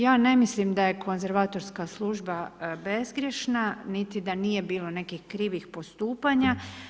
Ja ne mislim da je konzervatorska služba bezgrješna niti da nije bilo nekih krivih postupanja.